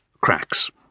cracks